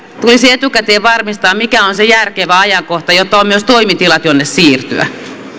tulisi etukäteen varmistaa mikä on se järkevä ajankohta jotta on myös toimitilat minne siirtyä